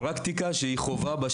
בשטח הדבר מוצר כפרקטיקה שהיא חובה.